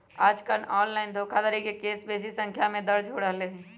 याजकाल ऑनलाइन धोखाधड़ी के केस बेशी संख्या में दर्ज हो रहल हइ